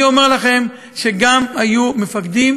אני אומר לכם שהיו גם מפקדים